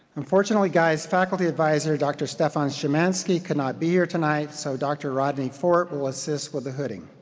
unfortunately guys, faculty advisor dr. stephan shemanski could not be here tonight, so dr. rodney fort will assist with the hooding.